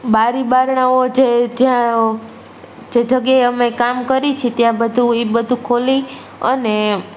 બારી બારણાંઓ જે જ્યાં જે જગ્યાએ અમે કામ કરીએ છીએ ત્યાં બધું એ બધું ખોલી અને